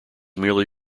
merely